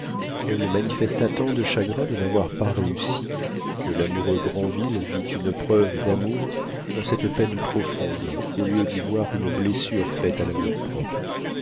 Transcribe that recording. elle manifesta tant de chagrin de n'avoir pas réussi que l'amoureux granville vit une preuve d'amour dans cette peine profonde au lieu d'y voir une blessure faite à l'amour-propre